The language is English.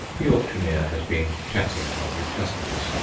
the auctioneer has been chatting among his customers.